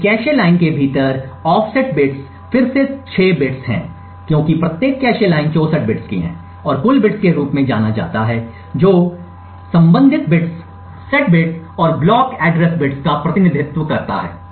एक cache line के भीतर ऑफ़सेट बिट्स फिर से 6 बिट्स हैं क्योंकि प्रत्येक कैश लाइन 64 बिट्स की है और कुल बिट्स के रूप में जाना जाता है जो संबंधित बिट्स सेट बिट्स और ब्लॉक एड्रेस बिट्स का प्रतिनिधित्व करता है